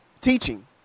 teaching